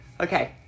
Okay